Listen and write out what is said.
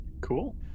Cool